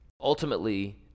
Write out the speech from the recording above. Ultimately